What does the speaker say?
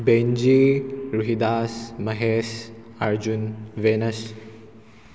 ꯕꯦꯟꯖꯤꯛ Ruhidas Mahesh Arjun ꯕꯦꯅꯁ